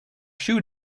shoe